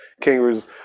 Kangaroos